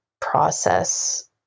process